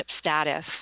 status